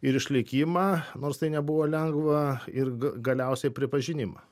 ir išlikimą nors tai nebuvo lengva ir ga galiausiai pripažinimą